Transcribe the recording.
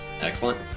excellent